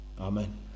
Amen